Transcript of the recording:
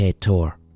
tour